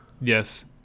Yes